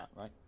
right